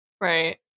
Right